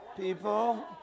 people